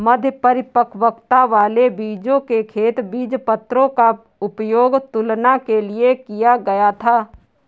मध्य परिपक्वता वाले बीजों के खेत बीजपत्रों का उपयोग तुलना के लिए किया गया था